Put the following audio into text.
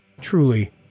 Truly